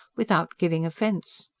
without giving offence.